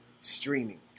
streaming